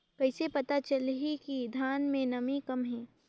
कइसे पता चलही कि धान मे नमी कम हे?